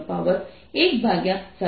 તેથી Power Power 754 છે જે 1